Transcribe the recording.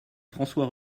françois